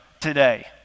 today